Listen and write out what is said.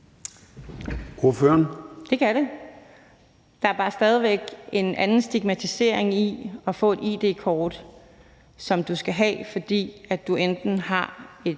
Det kan det. Der er bare stadig væk en anden stigmatisering i at få et id-kort, som du skal have, fordi du enten har et